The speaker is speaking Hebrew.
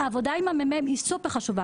העבודה עם המ.מ.מ היא סופר חשובה.